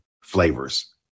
flavors